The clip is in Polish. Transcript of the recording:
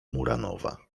muranowa